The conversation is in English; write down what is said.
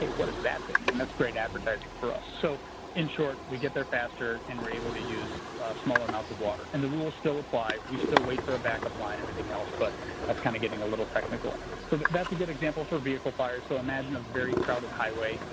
what is that thing? and that's great advertising for us. so in short, we get there faster and we're able to use smaller amounts of water. and the rules still apply. we still wait for a backup line and everything else. but that's kind of getting a little technical. so that's a good example for a vehicle fire. so imagine a very crowded highway.